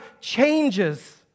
changes